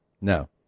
No